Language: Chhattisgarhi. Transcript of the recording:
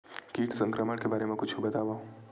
कीट संक्रमण के बारे म कुछु बतावव?